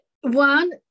One